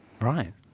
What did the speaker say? Right